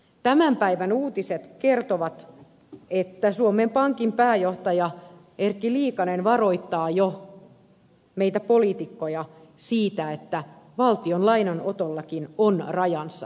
tämän päivän uutiset kertovat että suomen pankin pääjohtaja erkki liikanen varoittaa jo meitä poliitikkoja siitä että valtion lainanotollakin on rajansa